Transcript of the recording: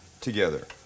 together